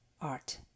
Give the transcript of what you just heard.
art